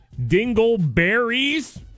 dingleberries